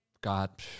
got